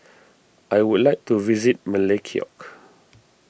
I would like to visit Melekeok